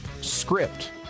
script